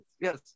Yes